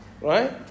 Right